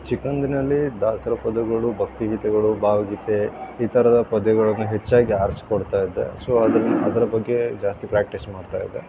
ಚಿಕ್ಕಂದಿನಲ್ಲಿ ದಾಸರ ಪದಗಳು ಭಕ್ತಿಗೀತೆಗಳು ಭಾವಗೀತೆ ಈ ಥರದ ಪದಗಳನ್ನು ಹೆಚ್ಚಾಗಿ ಆರಿಸ್ಕೊಡ್ತಾಯಿದ್ದೆ ಸೊ ಅದರ ಬಗ್ಗೆ ಜಾಸ್ತಿ ಪ್ರಾಕ್ಟೀಸ್ ಮಾಡ್ತಾಯಿದ್ದೆ